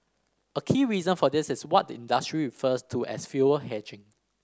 a key reason for this is what the industry refers to as fuel hedging